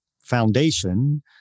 foundation